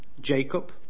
Jacob